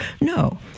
No